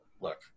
look